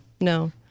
No